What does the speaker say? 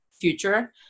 future